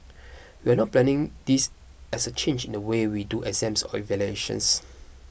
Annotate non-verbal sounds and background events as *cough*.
*noise* we are not planning this as a change in the way we do exams or evaluations